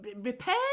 repair